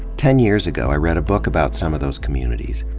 ten years ago, i read a book about some of those communities.